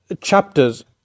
chapters